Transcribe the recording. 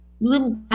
little